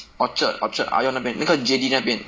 orchard orchard ion 那个 J D 那边